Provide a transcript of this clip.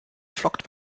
flockt